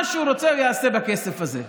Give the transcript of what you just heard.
מה שהוא רוצה הוא יעשה בכסף הזה.